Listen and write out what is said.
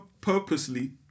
purposely